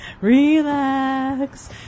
relax